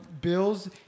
bills